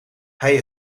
hij